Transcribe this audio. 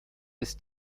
ist